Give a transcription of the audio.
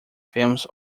films